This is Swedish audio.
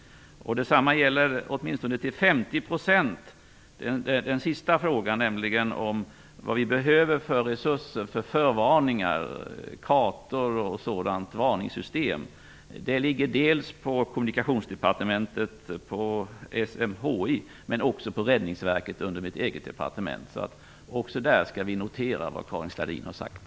Detsamma gäller till åtminstone 50 % den sista frågan, om vilka resurser vi behöver för förvarning, kartor och varningssystem. Detta ligger dels under Kommunikationsdepartementet på SMHI, dels under mitt departement på Räddningsverket. Vi skall notera vad Karin Starrin har sagt.